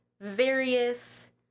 various